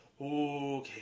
okay